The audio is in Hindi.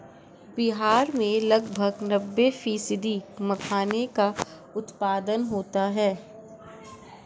बिहार में लगभग नब्बे फ़ीसदी मखाने का उत्पादन होता है